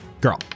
Girl